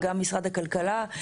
משרד הכלכלה,